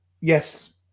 Yes